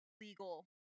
legal